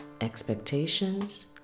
expectations